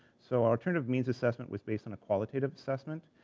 so alternative means assessment was based on a qualitative assessment,